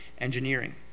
engineering